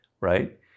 right